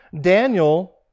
Daniel